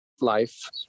life